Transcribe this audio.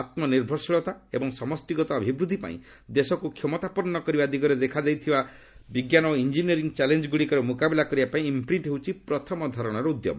ଆତ୍କନିର୍ଭରଶୀଳତା ଏବଂ ସମଷ୍ଟିଗତ ଅଭିବୃଦ୍ଧିପାଇଁ ଦେଶକୁ କ୍ଷମତାପନ୍ନ କରିବା ଦିଗରେ ଦେଖାଦେଉଥିବା ବିଜ୍ଞାନ ଓ ଇଞ୍ଜିନିୟରିଂ ଚ୍ୟାଲେଞ୍ଗୁଡ଼ିକର ମୁକାବିଲା କରିବାପାଇଁ ଇମ୍ପ୍ରିଣ୍ଟ୍ ହେଉଛି ପ୍ରଥମ ଧରଣର ଉଦ୍ୟମ